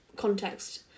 context